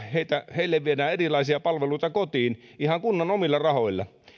heille viedään erilaisia palveluita kotiin ihan kunnan omilla rahoilla